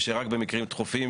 ושרק במקרים דחופים